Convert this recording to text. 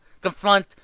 confront